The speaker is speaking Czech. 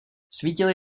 svítily